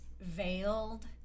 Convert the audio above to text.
veiled